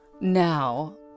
Now